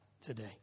today